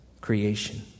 creation